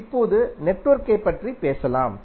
இப்போது நெட்வொர்க்கை பற்றி பேசலாம்